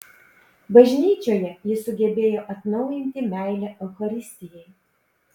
bažnyčioje jis sugebėjo atnaujinti meilę eucharistijai